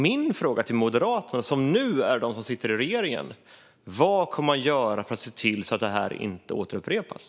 Min fråga till Moderaterna, som nu sitter i regeringen, är vad man kommer att göra för att se till att detta inte upprepas.